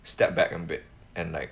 step back a bit and like